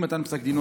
עם מתן פסק דינו,